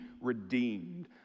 redeemed